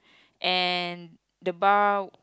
and the bar